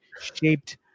shaped